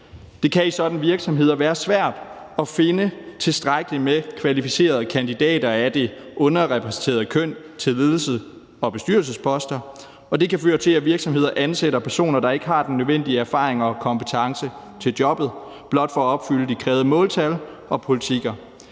i sådanne virksomheder være svært at finde tilstrækkelig med kvalificerede kandidater af det underrepræsenterede køn til ledelses- og bestyrelsesposter, og det kan føre til, at virksomhederne ansætter personer, der ikke har den nødvendige erfaring og kompetence til jobbet, blot for at opfylde de krævede måltal og politikker.